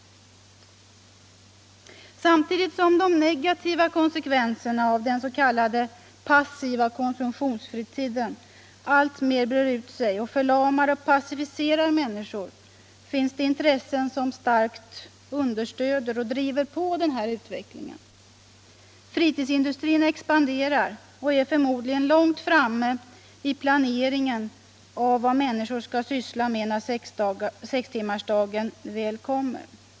Samtidigt som de negativa konsekvenserna av den s.k. passiva konsumtionsfritiden alltmer breder ut sig och förlamar och passiviserar män | niskor finns det intressen som starkt understöder och driver på denna | utveckling. Fritidsindustrin expanderar och är förmodligen långt framme i planeringen av vad människor skall syssla med när sextimmarsdagen | väl kommer.